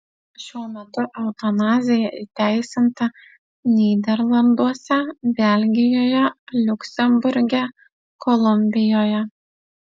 šiuo metu eutanazija įteisinta nyderlanduose belgijoje liuksemburge kolumbijoje